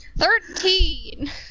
Thirteen